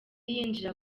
yinjira